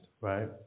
right